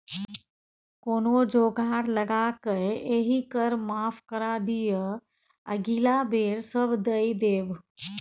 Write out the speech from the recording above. कोनो जोगार लगाकए एहि कर माफ करा दिअ अगिला बेर सभ दए देब